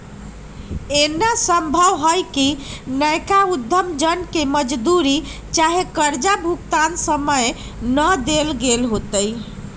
एना संभव हइ कि नयका उद्यम जन के मजदूरी चाहे कर्जा भुगतान समय न देल गेल होतइ